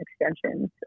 extensions